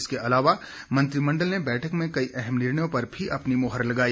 इसके अलावा मंत्रिमंडल ने बैठक में कई अहम निर्णयों पर भी अपनी मोहर लगाई